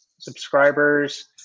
Subscribers